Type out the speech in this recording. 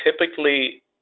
typically